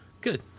Good